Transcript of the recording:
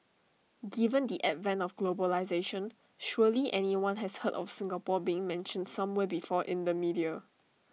given the advent of globalisation surely everyone has heard of Singapore being mentioned somewhere before in the media